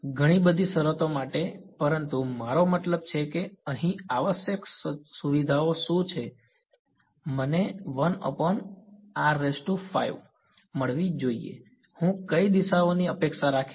ઘણી બધી શરતો માટે પરંતુ મારો મતલબ છે કે અહીં આવશ્યક સુવિધાઓ શું છે મને મળવી જોઈએ હું કઈ દિશાઓની અપેક્ષા રાખીશ